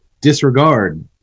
disregard